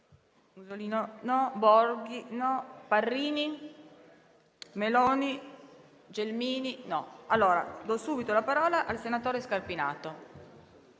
Grazie,